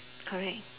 correct